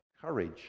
courage